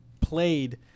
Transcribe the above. played